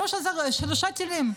שלושה טילים.